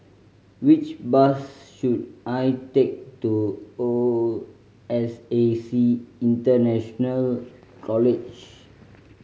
which bus should I take to O S A C International College